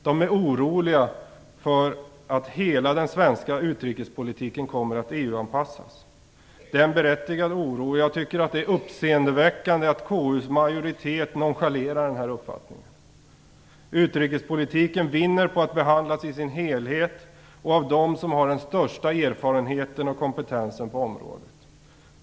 De är oroliga för att hela den svenska utrikespolitiken kommer att EU-anpassas. Det är en berättigad oro. Jag tycker att det är uppseendeväckande att KU:s majoritet nonchalerar den uppfattningen. Utrikespolitiken vinner på att behandlas i sin helhet och av dem som har den största erfarenheten och kompetensen på området.